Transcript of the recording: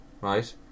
right